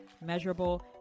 measurable